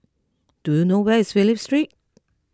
do you know where is Phillip Street